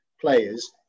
players